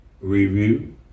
review